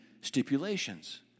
stipulations